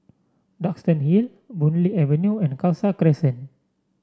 Duxton Hill Boon Lay Avenue and Khalsa Crescent